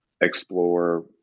explore